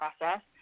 process